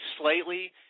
slightly